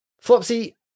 Flopsy